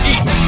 Eat